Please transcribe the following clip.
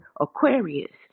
Aquarius